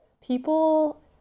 People